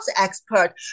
expert